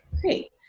Great